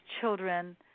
children